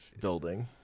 Building